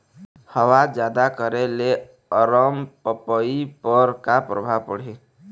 हवा जादा करे ले अरमपपई पर का परभाव पड़िही?